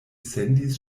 sendis